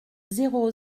zéro